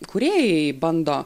kūrėjai bando